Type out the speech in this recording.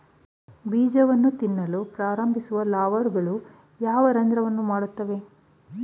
ಬೀಜವನ್ನು ತಿನ್ನಲು ಪ್ರಾರಂಭಿಸುವ ಲಾರ್ವಾಗಳು ಯಾವ ರಂಧ್ರವನ್ನು ಮಾಡುತ್ತವೆ?